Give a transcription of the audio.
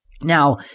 Now